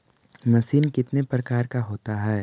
Machine कितने प्रकार का होता है?